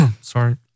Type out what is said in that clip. Sorry